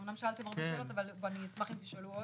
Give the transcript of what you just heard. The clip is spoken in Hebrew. אמנם שאלתם הרבה שאלות אבל אני אשמח אם תשאלו עוד.